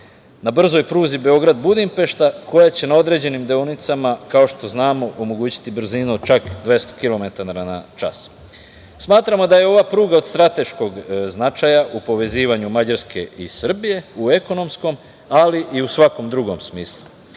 na brzoj pruzi Beograd – Budimpešta, koja će na određenim deonicama, kao što znamo omogućiti brzinu čak 200 kilometara na čas. Smatramo da je ova pruga od strateškog značaja u povezivanju Mađarske i Srbije u ekonomskom, ali i u svakom drugom smislu.